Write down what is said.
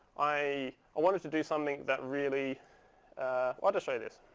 i ah wanted to do something that really i'll just show you this.